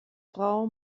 frau